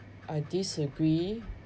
I disagree